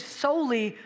solely